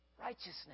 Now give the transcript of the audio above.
Righteousness